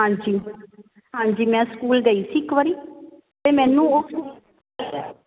ਹਾਂਜੀ ਹਾਂਜੀ ਮੈਂ ਸਕੂਲ ਗਈ ਸੀ ਇੱਕ ਵਾਰੀ ਅਤੇ ਮੈਨੂੰ